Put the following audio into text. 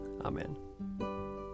Amen